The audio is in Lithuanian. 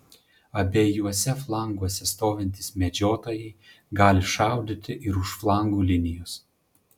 abiejuose flanguose stovintys medžiotojai gali šaudyti ir už flangų linijos